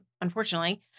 unfortunately